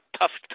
tough